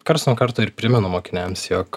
karts nuo karto ir primenu mokiniams jog